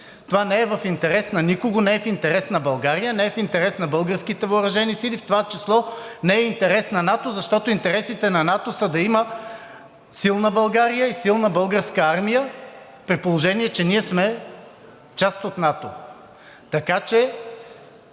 това не е в интерес на никого. Не е в интерес на България, не е в интерес на българските въоръжени сили, в това число не е в интерес на НАТО, защото интересите на НАТО са да има силна България и силна Българска армия, при положение че ние сме част от НАТО.